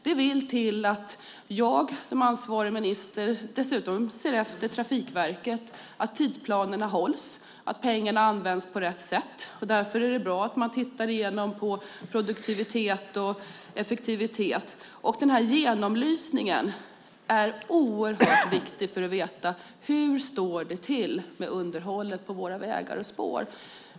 Det vill till att jag som ansvarig minister dessutom ser efter att Trafikverket håller tidsplanerna och att pengarna används på rätt sätt. Därför är det bra att man tittar igenom produktivitet och effektivitet, och genomlysningen är oerhört viktig för att veta hur det står till med underhållet på våra vägar och spår.